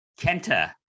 Kenta